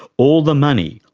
all the money,